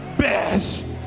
best